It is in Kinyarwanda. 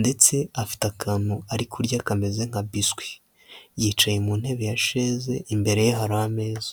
ndetse afite akantu ari kurya kameze nka biscuit, yicaye mu ntebe ya sheze imbere ye hari ameza.